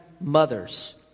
mothers